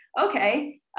okay